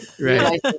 right